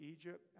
Egypt